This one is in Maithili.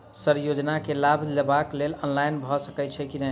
सर योजना केँ लाभ लेबऽ लेल ऑनलाइन भऽ सकै छै नै?